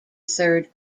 third